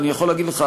אני יכול להגיד לך,